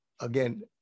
again